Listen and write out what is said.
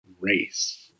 race